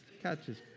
catches